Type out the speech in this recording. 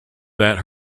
that